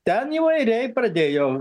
ten įvairiai pradėjo